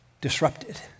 disrupted